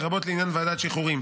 לרבות לעניין ועדת שחרורים.